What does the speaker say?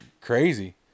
crazy